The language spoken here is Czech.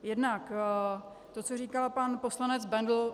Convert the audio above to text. Jednak to, co říkal pan poslanec Bendl.